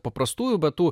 paprastųjų bet tų